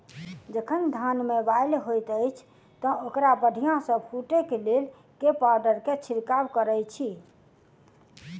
जखन धान मे बाली हएत अछि तऽ ओकरा बढ़िया सँ फूटै केँ लेल केँ पावडर केँ छिरकाव करऽ छी?